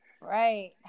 Right